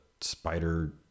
spider